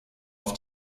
auf